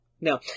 No